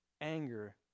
anger